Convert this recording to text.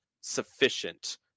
sufficient